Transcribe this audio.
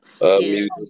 Music